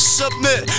submit